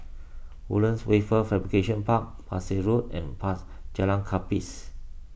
Woodlands Wafer Fabrication Park Pesek Road and Jalan Kapis